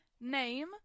Name